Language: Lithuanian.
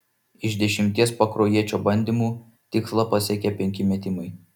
iš dešimties pakruojiečio bandymų tikslą pasiekė penki metimai